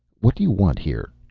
what do you want here?